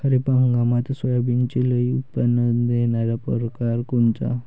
खरीप हंगामात सोयाबीनचे लई उत्पन्न देणारा परकार कोनचा?